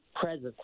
presence